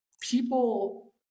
people